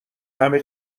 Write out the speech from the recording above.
همه